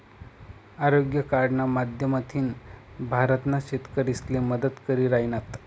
आरोग्य कार्डना माध्यमथीन भारतना शेतकरीसले मदत करी राहिनात